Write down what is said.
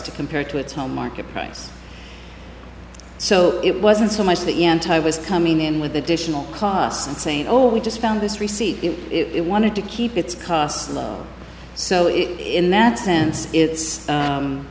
to compare it to its home market price so it wasn't so much the anti was coming in with additional costs and saying oh we just found this receipt it wanted to keep its costs low so it's in that sense it's